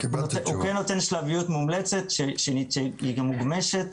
הוא כן נותן שלביות מומלצות שהיא גם מוגמשת.